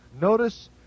Notice